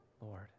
Lord